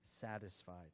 satisfied